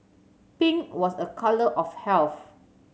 pink was a colour of health